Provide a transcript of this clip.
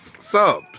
Subs